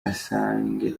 assange